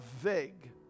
vague